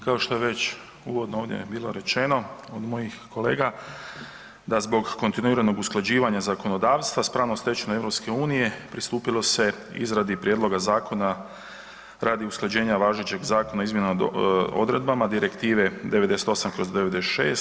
Kao što je već uvodno ovdje bilo rečeno od mojih kolega da zbog kontinuiranog usklađivanja zakonodavstva s pravnom stečevinom EU pristupilo se izradi prijedloga zakona radi usklađenja važećeg zakona o .../nerazumljivo/... odredbama Direktive 98/96, tako da je utvrđeno novom Direktivom 2019/879.